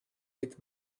with